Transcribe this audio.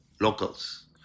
locals